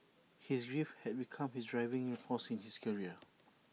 his grief had become his driving in force in his career